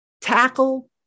Tackle